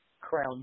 Crown